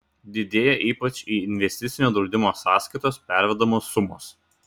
didėja ypač į investicinio draudimo sąskaitas pervedamos sumos